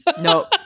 No